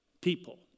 people